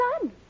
son